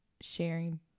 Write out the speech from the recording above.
sharing